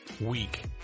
week